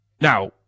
Now